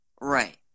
Right